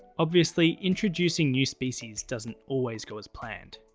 obviously, introducing new species doesn't always go as planned.